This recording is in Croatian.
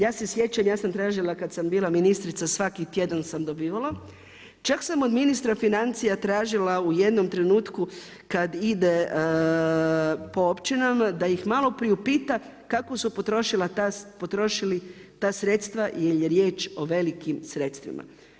Ja se sjećam, ja sam tražila kada sam bila ministrica, svaki tjedan sam dobivala, čak sam od Ministra financija tražila u jednom trenutku kada ide po općinama da ih malo priupita kako su potrošili ta sredstva jer je riječ o velikim sredstvima.